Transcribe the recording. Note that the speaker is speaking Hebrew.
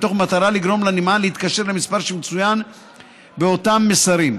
מתוך מטרה לגרום לנמען להתקשר למספר שמצוין באותם מסרים.